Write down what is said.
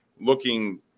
looking